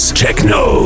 techno